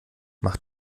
mach